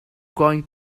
going